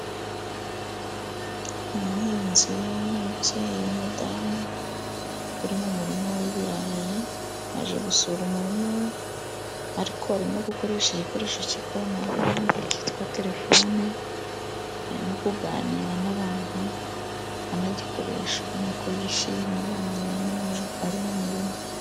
Umuhinzi w'umubyeyi w'umudamu uri mu murima w'ibirayi yaje gusura umurima we ariko ari no gukoresha igikoresho cy'ikoranabuhanga cyitwa terefone. Aarimo kuganira n'abantu anagikoresha ubona ko yishimye amwenyura ari mu murima.